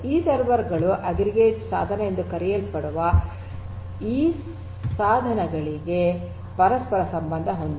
ಈ ಸರ್ವರ್ ಗಳು ಅಗ್ರಿಗೇಟರ್ ಸಾಧನ ಎಂದು ಕರೆಯಲ್ಪಡುವ ಈ ಸಾಧನಗಳಿಗೆ ಪರಸ್ಪರ ಸಂಬಂಧ ಹೊಂದಿವೆ